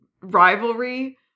rivalry